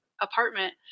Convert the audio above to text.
apartment